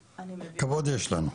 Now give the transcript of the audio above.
כבוד יש לנו.